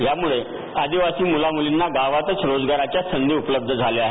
यामुळे आदिवासी मुला मुलींना गावातच रोजगाराच्या सधी उपलब्ध झाल्या आहेत